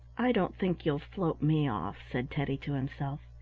i don't think you'll float me off, said teddy to himself.